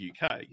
UK